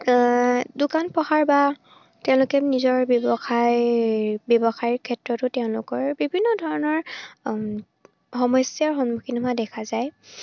দোকান পোহাৰ বা তেওঁলোকে নিজৰ ব্যৱসায় ব্যৱসায়ৰ ক্ষেত্ৰতো তেওঁলোকৰ বিভিন্ন ধৰণৰ সমস্যাৰ সন্মুখীন হোৱা দেখা যায়